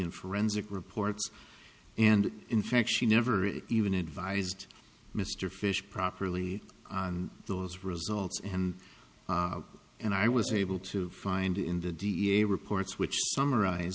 in forensic reports and in fact she never even advised mr fish properly on those results and and i was able to find in the d n a reports which summarize